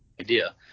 idea